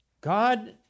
God